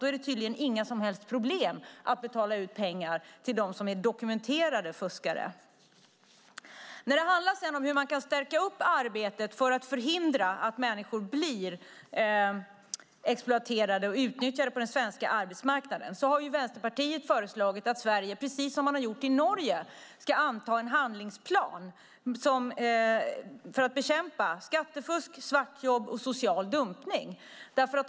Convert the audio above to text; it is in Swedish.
Då är det tydligen inga som helst problem att betala ut pengar till dem som är dokumenterade fuskare. När det handlar om hur man kan stärka arbetet för att förhindra att människor blir exploaterade och utnyttjade på den svenska arbetsmarknaden har Vänsterpartiet föreslagit att Sverige ska anta en handlingsplan för att bekämpa skattefusk, svartjobb och social dumpning, precis som man gjort i Norge.